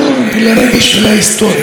שהרצון,